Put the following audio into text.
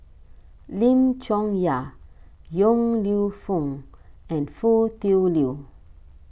Lim Chong Yah Yong Lew Foong and Foo Tui Liew